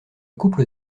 couple